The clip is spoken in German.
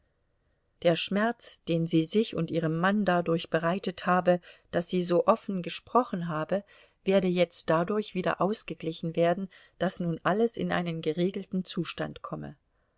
der schmerz den sie sich und ihrem mann dadurch bereitet habe daß sie so offen gesprochen habe werde jetzt dadurch wieder ausgeglichen werden daß nun alles in einen geregelten zustand komme